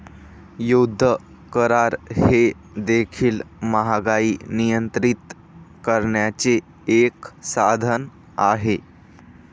युद्ध करार हे देखील महागाई नियंत्रित करण्याचे एक साधन आहे